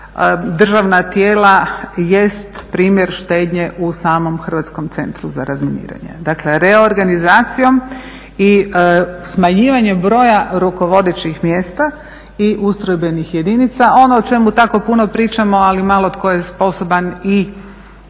državna tijela jest primjer štednje u samom Hrvatskom centru za razminiranje. Dakle, reorganizacijom i smanjivanje broja rukovodećih mjesta i ustrojbenih jedinica. Ono o čemu tako puno pričamo ali malo tko je sposoban i